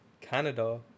Canada